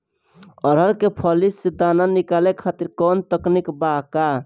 अरहर के फली से दाना निकाले खातिर कवन तकनीक बा का?